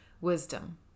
wisdom